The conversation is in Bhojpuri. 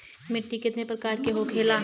मिट्टी कितने प्रकार के होखेला?